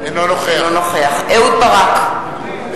אינו נוכח אהוד ברק,